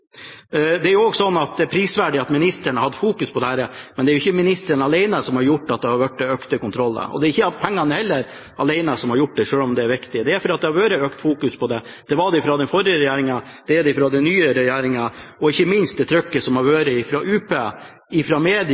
Det er prisverdig at ministeren har hatt fokus på dette, men det er jo ikke ministeren alene som har gjort at det har blitt et økt antall kontroller. Det er heller ikke pengene alene som har gjort det, selv om det er viktig. Det har skjedd fordi det har vært et økt fokus på det. Det var det fra den forrige regjeringen, og det er det fra den nye regjeringen, og ikke minst har trøkket som har vært fra UP, media